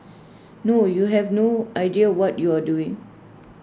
no you have no idea what you are doing